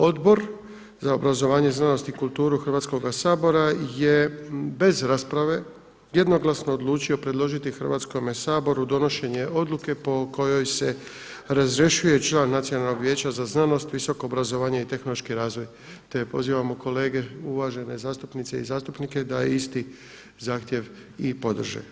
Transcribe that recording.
Odbor za obrazovanje, znanost i kulturu Hrvatskoga sabora je bez rasprave jednoglasno odlučio predložiti Hrvatskome saboru donošenje odluke po kojoj se razrješuje član Nacionalnog vijeća za znanost, visoko obrazovanje i tehnološki razvoj te pozivamo kolege uvažene zastupnice i zastupnike da isti zahtjev i podrže.